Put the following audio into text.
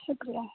شُکریہ